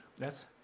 Yes